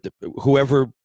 whoever